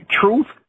truth